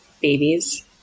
babies